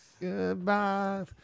Goodbye